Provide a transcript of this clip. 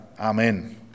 Amen